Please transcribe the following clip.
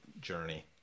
journey